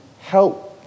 help